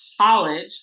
college